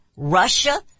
Russia